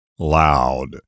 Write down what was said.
Loud